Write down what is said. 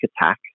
attack